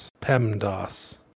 PEMDAS